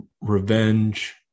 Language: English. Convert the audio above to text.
revenge